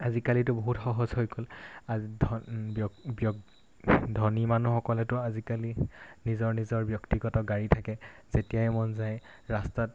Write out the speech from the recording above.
আজিকালিতো বহুত সহজ হৈ গ'ল ধন ব্যক্তি ব্য়ক্তি ধনী মানুহসকলেতো আজিকালি নিজৰ নিজৰ ব্যক্তিগত গাড়ী থাকে যেতিয়াই মন যায় ৰাস্তাত